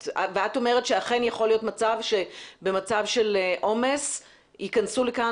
את אומרת שאכן יכול להיות מצב שבמצב של עומס יכנסו לכאן